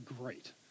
great